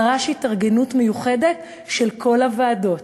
הדבר הזה דרש התארגנות מיוחדת של כל הוועדות,